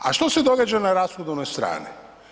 A što se događa na rashodovnoj strani?